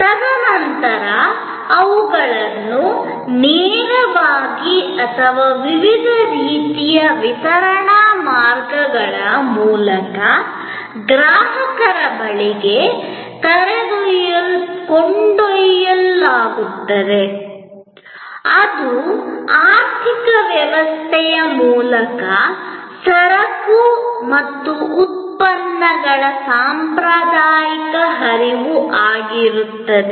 ತದನಂತರ ಅವುಗಳನ್ನು ನೇರವಾಗಿ ಅಥವಾ ವಿವಿಧ ರೀತಿಯ ವಿತರಣಾ ಮಾರ್ಗಗಳ ಮೂಲಕ ಗ್ರಾಹಕರ ಬಳಿಗೆ ಕೊಂಡೊಯ್ಯಲಾಗುತ್ತದೆ ಇದು ಆರ್ಥಿಕ ವ್ಯವಸ್ಥೆಯ ಮೂಲಕ ಸರಕು ಮತ್ತು ಉತ್ಪನ್ನಗಳ ಸಾಂಪ್ರದಾಯಿಕ ಹರಿವು ಆಗಿದೆ